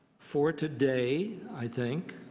for today, i think